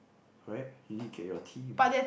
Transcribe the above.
right you need to get your team